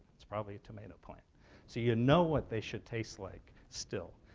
it's probably a tomato plant, so you know what they should taste like still.